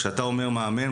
כשאתה אומר מאמן,